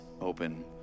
open